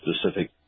specific